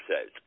says